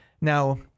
now